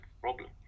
problem